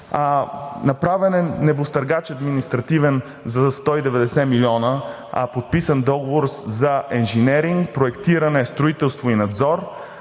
направен е небостъргач – административен, за 190 милиона; подписан договор за инженеринг, проектиране, строителство и надзор